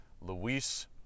Luis